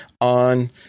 on